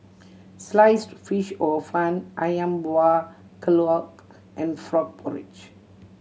Sliced Fish Hor Fun Ayam Buah Keluak and frog porridge